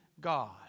God